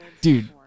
dude